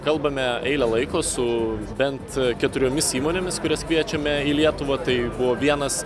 kalbame eilę laiko su bent keturiomis įmonėmis kurias kviečiame į lietuvą tai buvo vienas